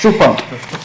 שוב פעם,